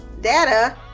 data